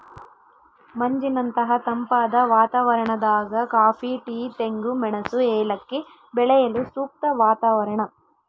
ಮಂಜಿನಂತಹ ತಂಪಾದ ವಾತಾವರಣದಾಗ ಕಾಫಿ ಟೀ ತೆಂಗು ಮೆಣಸು ಏಲಕ್ಕಿ ಬೆಳೆಯಲು ಸೂಕ್ತ ವಾತಾವರಣ